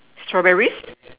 strawberries